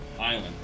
island